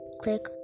click